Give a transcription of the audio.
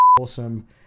awesome